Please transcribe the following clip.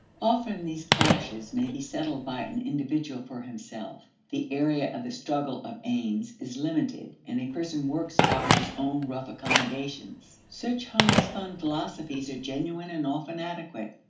often these clashes may be settled by an individual for himself the area of the struggle of aims is limited and a person works out his own rough accommodations. such homespun philosophies are genuine and often adequate.